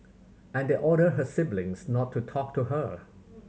and they ordered her siblings not to talk to her